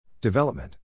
Development